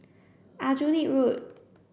Aljunied Road